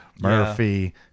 Murphy